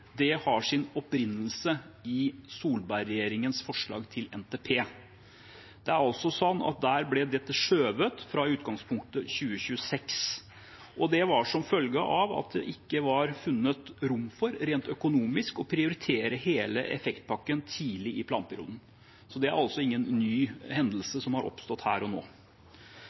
har sin opprinnelse i Solberg-regjeringens forslag til NTP. Der ble dette skjøvet fra utgangspunktet 2026, og det var som følge av at det rent økonomisk ikke var funnet rom for å prioritere hele effektpakken tidlig i planperioden. Det er altså ingen ny hendelse som har oppstått her og nå,